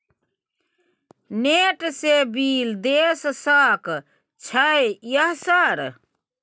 Net से bill देश सक छै यह सर?